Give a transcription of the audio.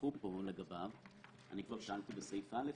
שהתווכחו פה לגביו אני כבר טענתי בסעיף (א),